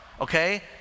okay